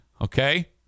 Okay